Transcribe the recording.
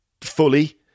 fully